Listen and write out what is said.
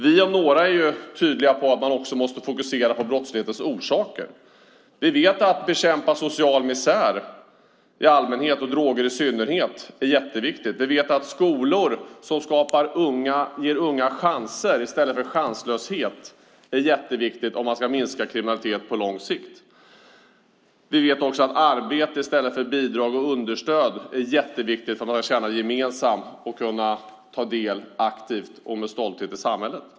Vi om några är tydliga med att man måste fokusera på brottslighetens orsaker. Vi vet att det är jätteviktigt att bekämpa social misär i allmänhet och droger i synnerhet. Vi vet att skolor som ger unga chanser i stället för chanslöshet är jätteviktiga om vi ska minska kriminalitet på lång sikt. Vi vet också att arbete i stället för bidrag och understöd är jätteviktigt för att man ska känna gemenskap och kunna delta aktivt och med stolthet i samhället.